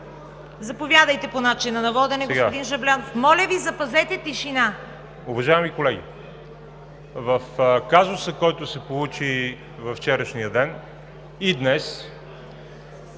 Заповядайте по начина на водене, господин Жаблянов. Моля Ви, запазете тишина! ВАЛЕРИ ЖАБЛЯНОВ: Уважаеми колеги, в казуса, който се получи във вчерашния ден и днес